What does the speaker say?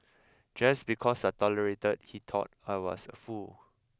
just because I tolerated he thought I was a fool